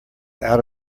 out